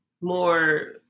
more